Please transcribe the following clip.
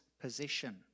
position